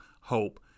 hope